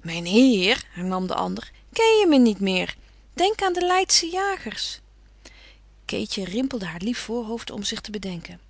mijnheer hernam de ander kenje me niet meer denk aan de leidsche jagers keetje rimpelde haar lief voorhoofd om zich te bedenken